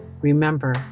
remember